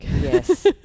yes